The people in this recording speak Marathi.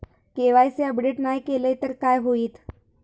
के.वाय.सी अपडेट नाय केलय तर काय होईत?